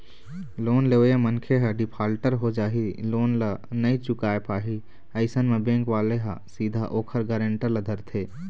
loan लेवइया मनखे ह डिफाल्टर हो जाही लोन ल नइ चुकाय पाही अइसन म बेंक वाले ह सीधा ओखर गारेंटर ल धरथे